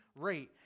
rate